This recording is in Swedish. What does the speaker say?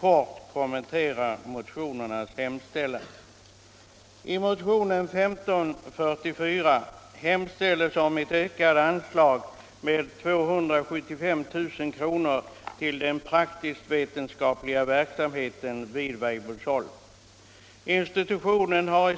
kort kommentera motionernas yrkanden.